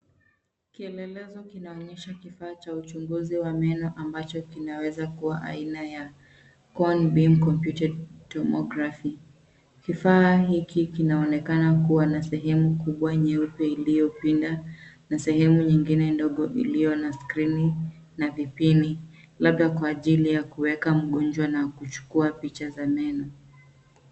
Kielelezo kinaonyesha kifaa cha uchunguzi wa meno ambacho kinaweza aina ya cone beam computed tomography . Kifaa hiki kinaonekana kuwa na sehemu kubwa nyeupe iliyopinda na sehemu nyingine ndogo iliyo na skrini na vipini, labda kwa ajili ya kuweka mgonjwa na kuchukua picha za meno.